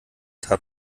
tat